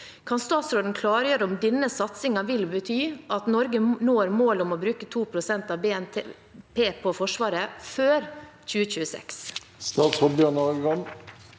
Kan statsråden klargjøre om denne satsingen vil bety at Norge når målet om å bruke 2 pst. av BNP på Forsvaret før 2026? Statsråd Bjørn Arild